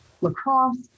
lacrosse